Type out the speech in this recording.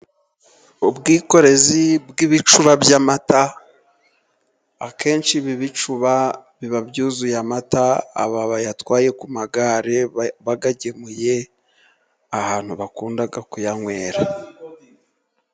Ubwikorezi bw'ibicuba by'amata, akenshi ibi bicuba biba byuzuye amata, aba bayatwaye ku magare, bayagemuye ahantu bakunda kuyanywera.